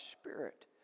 spirit